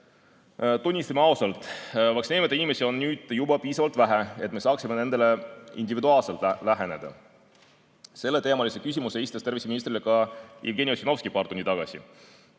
tunnistame ausalt, et vaktsineerimata inimesi on nüüd juba nii vähe, et me saaksime nendele individuaalselt läheneda. Selleteemalise küsimuse esitas terviseministrile ka Jevgeni Ossinovski paar tundi tagasi.